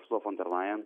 ursula fon der lajen